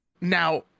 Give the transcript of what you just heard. now